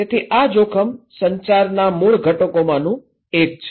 તેથી આ જોખમ સંચારના મૂળ ઘટકોમાંનું એક છે